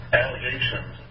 allegations